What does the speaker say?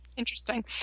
Interesting